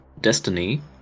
Destiny